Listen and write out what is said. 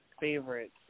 favorites